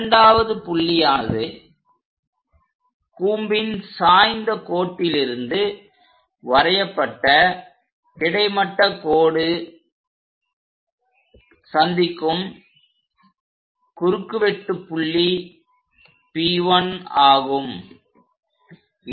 இரண்டாவது புள்ளியானது கூம்பின் சாய்ந்த கோட்டிலிருந்து வரையப்பட்ட கிடைமட்ட கோடு சந்திக்கும் குறுக்குவெட்டு புள்ளி P1 ஆகும்